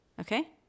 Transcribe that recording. Okay